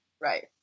Right